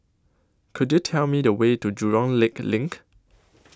Could YOU Tell Me The Way to Jurong Lake LINK